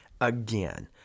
Again